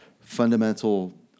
fundamental